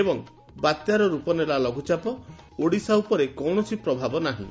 ଏବଂ ବାତ୍ୟାର ରୂପ ନେଲା ଲଘୁଚାପ ଓଡ଼ିଶା ଉପରେ କୌଣସି ପ୍ରଭାବ ନାହିଁ